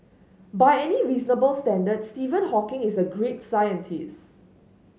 by any reasonable standard Stephen Hawking is a great scientist